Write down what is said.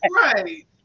Right